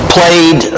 Played